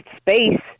space